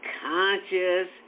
conscious